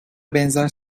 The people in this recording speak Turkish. benzer